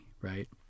right